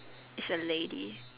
is a lady